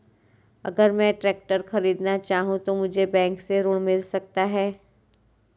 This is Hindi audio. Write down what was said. अगर मैं ट्रैक्टर खरीदना चाहूं तो मुझे बैंक से ऋण मिल सकता है?